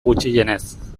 gutxienez